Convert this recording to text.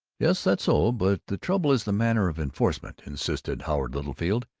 yes, that's so. but the trouble is the manner of enforcement, insisted howard littlefield.